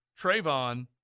Trayvon